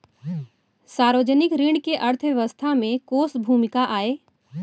सार्वजनिक ऋण के अर्थव्यवस्था में कोस भूमिका आय?